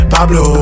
Pablo